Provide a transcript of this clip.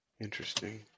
interesting